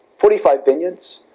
forty five vineyards,